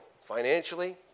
financially